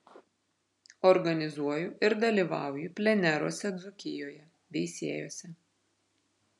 organizuoju ir dalyvauju pleneruose dzūkijoje veisiejuose